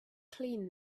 clean